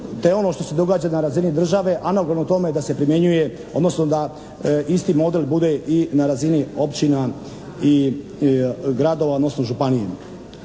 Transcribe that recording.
te ono što se događa na razini države analogno tome da se primjenjuje, odnosno da isti model bude i na razini općina i gradova, odnosno županije.